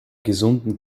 gesunden